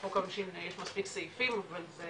בחוק העונשין יש מספיק סעיפים, אבל זה